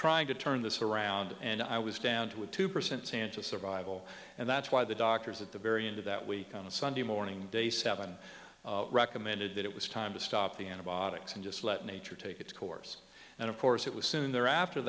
trying to turn this around and i was down to a two percent chance of survival and that's why the doctors at the very end of that week on the sunday morning day seven recommended that it was time to stop the antibiotics and just let nature take its course and of course it was soon thereafter